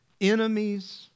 Enemies